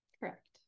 Correct